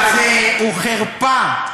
החוק הזה הוא חרפה.